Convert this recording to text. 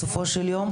בסופו של יום.